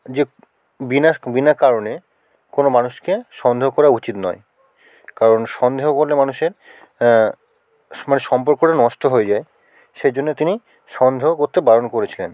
যে বিনা বিনা কারণে কোনো মানুষকে সন্দেহ করা উচিত নয় কারণ সন্দেহ করলে মানুষের মানে সম্পর্কটা নষ্ট হয়ে যায় সেজন্য তিনি সন্দেহ করতে বারণ করেছিলেন